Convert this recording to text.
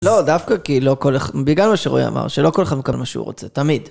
לא, דווקא כי לא כל אחד, בגלל מה שרועי אמר, שלא כל אחד מקבל מה שהוא רוצה, תמיד.